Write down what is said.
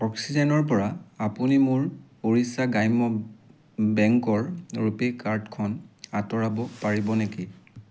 অক্সিজেনৰপৰা আপুনি মোৰ উৰিষ্যা গ্ৰাম্য বেংকৰ ৰূপে' কাৰ্ডখন আঁতৰাব পাৰিব নেকি